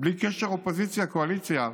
בלי קשר אופוזיציה, קואליציה,